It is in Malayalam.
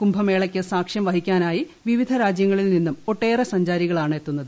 കുംഭമേളയ്ക്ക് സാക്ഷ്യം വഹിക്കാനായി വിവിധ രാജ്യങ്ങളിൽ നിന്നും ഒട്ടേറെ സഞ്ചാരികളാണ് എത്തുന്നത്